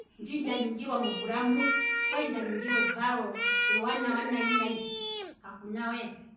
Ndji nda ningilwa movula mu, okwali ndaningilwa evalo ewanawa nayi nayi ka kuna we